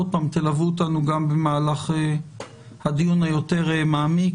עוד פעם, תלוו אותנו גם במהלך הדיון היותר מעמיק.